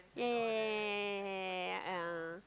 yeah yeah yeah yeah yeah yeah yeah yeah yeah yeah yeah